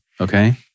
Okay